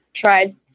tried